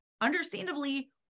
Understandably